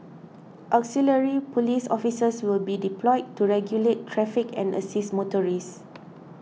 auxiliary police officers will be deployed to regulate traffic and assist motorists